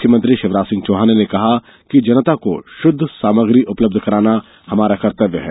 मुख्यमंत्री शिवराज सिंह चौहान ने कहा है कि जनता को शुद्ध सामग्री उपलब्ध कराना हमारा कर्तव्य है